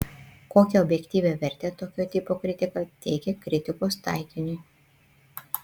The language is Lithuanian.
kokią objektyvią vertę tokio tipo kritika teikia kritikos taikiniui